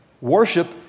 Worship